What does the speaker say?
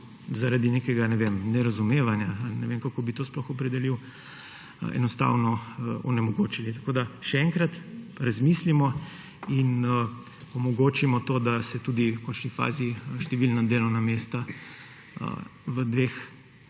zaradi nekega nerazumevanja ali ne vem, kako bi to sploh opredelil, enostavno onemogočili. Še enkrat, razmislimo in omogočimo to, da se tudi v končni fazi številna delovna mesta v dveh